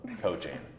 coaching